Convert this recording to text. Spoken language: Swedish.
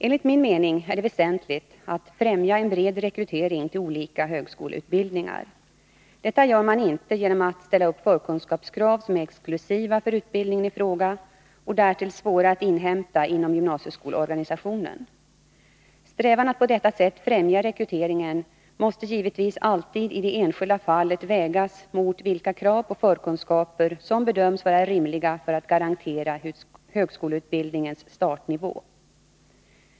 Enligt min mening är det väsentligt att främja en bred rekrytering till olika högskoleutbildningar. Detta gör man inte genom att ställa upp förkunskapskrav som är exklusiva för utbildningen i fråga och därtill svåra att inhämta inom gymnasieskoleorganisationen. Strävan att på detta sätt främja rekryteringen måste givetvis alltid i det enskilda fallet vägas mot vilka krav på förkunskaper som bedöms vara rimliga för att garantera högskoleutbildningens startnivå.